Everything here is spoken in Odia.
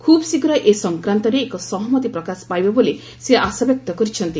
ଖୁବ୍ ଶୀଘ୍ର ଏ ସଂକ୍ରାନ୍ତରେ ଏକ ସହମତି ପ୍ରକାଶ ପାଇବ ବୋଲି ସେ ଆଶାବ୍ୟକ୍ତ କରିଛନ୍ତି